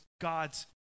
God's